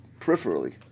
peripherally